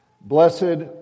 Blessed